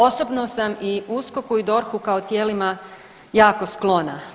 Osobno sam i USKOK-u i DORH-u kao tijelima jako sklona.